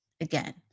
Again